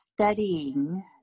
Studying